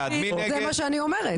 זה מה שאני אומרת.